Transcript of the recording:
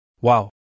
Wow